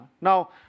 Now